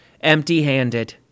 Empty-handed